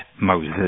Moses